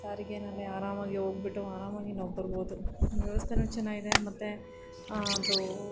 ಸಾರಿಗೆಯಲ್ಲೆ ಆರಾಮಾಗಿ ಹೋಗ್ಬಿಟ್ಟು ಆರಾಮಾಗಿ ನಾವು ಬರ್ಬೋದು ವ್ಯವಸ್ಥೇನು ಚೆನ್ನಾಗಿದೆ ಮತ್ತೆ ಅದು